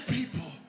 people